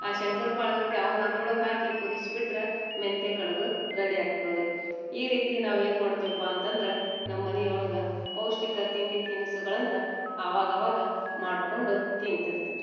ಆ ಶಂಕರ್ಪೊಳೆಗತಿ ಅವ್ನ ಅದ್ರೊಳಗೆ ಹಾಕಿ ಕುದಿಸ್ಬಿಟ್ರೆ ಮೆಂತ್ಯ ಕಡುಬು ರಡಿ ಆಕ್ಕವೆ ರೀ ಈ ರೀತಿ ನಾವು ಏನು ಮಾಡ್ತೀವಪ್ಪ ಅಂತಂದ್ರೆ ನಮ್ಮ ಮನೆ ಒಳಗೆ ಪೌಷ್ಟಿಕ ತಿಂಡಿ ತಿನಿಸುಗಳನ್ನು ಅವಾಗವಾಗ ಮಾಡಿಕೊಂಡು ತಿಂತಿರ್ತೀವಿ ರೀ